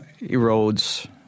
erodes